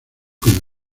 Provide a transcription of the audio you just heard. con